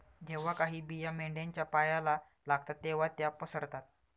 जेव्हा काही बिया मेंढ्यांच्या पायाला लागतात तेव्हा त्या पसरतात